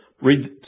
read